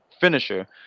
finisher